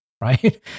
right